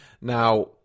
Now